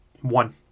One